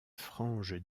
franges